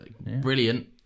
Brilliant